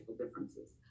differences